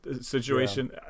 situation